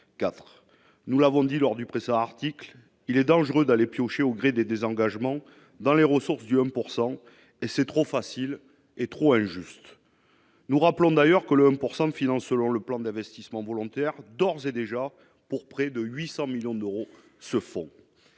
4, nous l'avons dit lors du présent article il est dangereux d'aller piocher au gré des désengagements dans les ressources du 1 pourcent et c'est trop facile et trop injuste, nous rappelons d'ailleurs que le 1 pourcent de finances selon le plan d'investissement volontaire d'ores et déjà pour près de 800 millions d'euros, ce fonds,